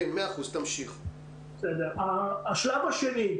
השלב השני,